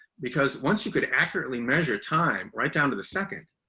because once you could accurately measure time right down to the second,